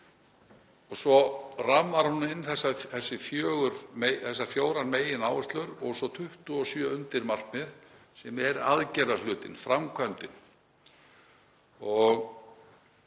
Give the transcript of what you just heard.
Svo rammar hún inn þessar fjórar megináherslur og svo 27 undirmarkmið sem er aðgerðahlutinn, framkvæmdin.